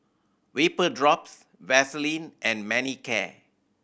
Vapodrops Vaselin and Manicare